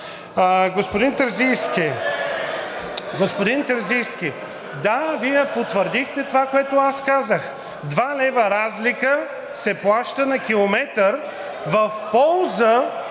Господин Терзийски, да, Вие потвърдихте това, което аз казах. Два лева разлика се плаща на километър в полза